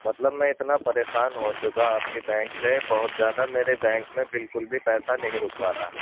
مطلب میں اتنا پریشان ہو چکا آپ کے بینک سے بہت زیادہ میرے بینک میں بالکل بھی پیسہ نہیں رک پا رہا ہے